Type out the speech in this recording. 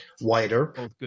wider